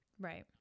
right